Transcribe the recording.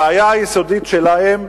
הבעיה היסודית שלהם,